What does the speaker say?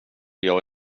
gör